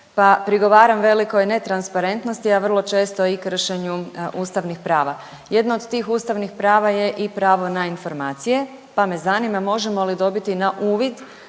pa prigovaram velikoj netransparentnosti, a vrlo često i kršenju ustavnih prava. Jedno od tih ustavnih prava je i pravo na informacije, pa me zanima možemo li dobiti na uvid